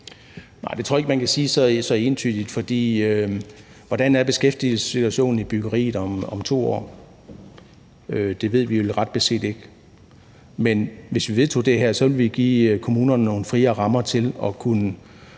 det tror jeg ikke man kan sige så entydigt, for hvordan er beskæftigelsessituationen i byggeriet om 2 år? Det ved vi ret beset ikke. Men hvis vi vedtog det her, ville vi give kommunerne nogle friere rammer til at kunne